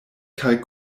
kaj